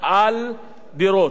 על דירות.